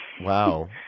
Wow